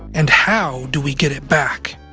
and how do we get it back?